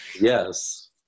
yes